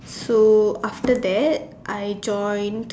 so after that I joined